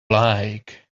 like